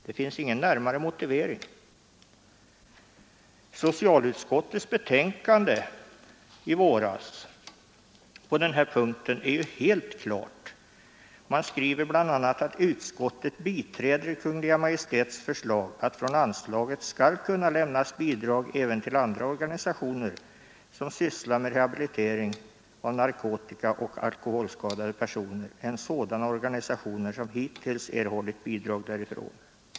Det finns ingen närmare motivering. Socialutskottets betänkande i våras är helt klart på den här punkten. Av detta framgår bl.a. att utskottet biträder Kungl. Maj:ts förslag att från anslaget skall kunna lämnas bidrag även till andra organisationer som sysslar med rehabilitering av narkotikaoch alkoholskadade personer än sådana organisationer som hittills erhållit bidrag därifrån.